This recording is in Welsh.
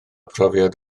profiad